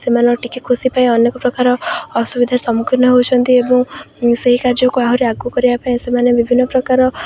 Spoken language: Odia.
ସେମାନେ ଟିକେ ଖୁସି ପାଇଁ ଅନେକ ପ୍ରକାର ଅସୁବିଧାର ସମ୍ମୁଖୀନ ହେଉଛନ୍ତି ଏବଂ ସେଇ କାର୍ଯ୍ୟକୁ ଆହୁରି ଆଗକୁ କରିବା ପାଇଁ ସେମାନେ ବିଭିନ୍ନ ପ୍ରକାର